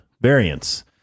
variants